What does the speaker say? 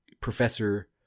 Professor